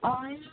oil